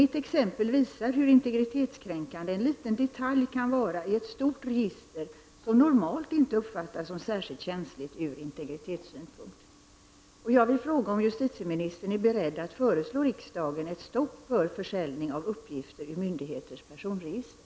Mitt exempel visar hur integritetskränkande en liten detalj kan bli i ett stort register, som normalt inte uppfattas som särskilt känsligt ur integritetssynpunkt. Jag vill fråga om justitieministern är beredd att föreslå riksdagen ett stopp för försäljning av uppgifter ur myndigheters personregister.